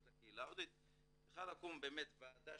להתייחס לקהילה ההודית, צריכה לקום באמת ועדה